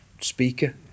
speaker